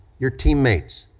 your teammates,